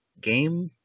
game